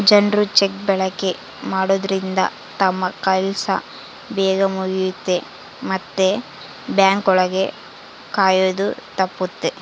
ಜನ್ರು ಚೆಕ್ ಬಳಕೆ ಮಾಡೋದ್ರಿಂದ ತಮ್ ಕೆಲ್ಸ ಬೇಗ್ ಮುಗಿಯುತ್ತೆ ಮತ್ತೆ ಬ್ಯಾಂಕ್ ಒಳಗ ಕಾಯೋದು ತಪ್ಪುತ್ತೆ